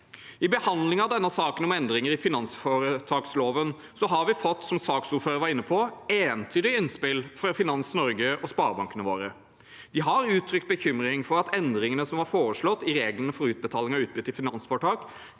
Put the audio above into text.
I behandlingen av denne saken om endringer i finansforetaksloven har vi, som saksordføreren var inne på, fått entydige innspill fra Finans Norge og sparebankene våre. De har uttrykt bekymring for at endringene som var foreslått i reglene for utbetaling av utbytte i finansforetak,